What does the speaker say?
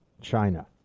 China